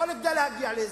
לא כדי להגיע להסדר.